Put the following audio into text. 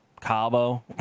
Cabo